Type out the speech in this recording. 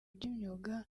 by’imyuga